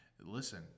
listen